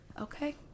okay